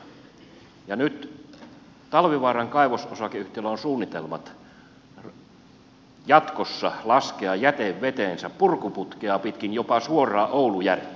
nyt talvivaaran kaivososakeyhtiöllä on suunnitelmat jatkossa laskea jätevetensä purkuputkea pitkin jopa suoraan oulujärveen